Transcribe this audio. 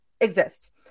exists